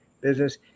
business